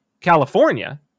California